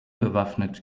bewaffnet